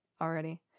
already